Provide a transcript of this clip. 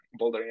bouldering